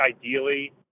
ideally